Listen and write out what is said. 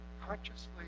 consciously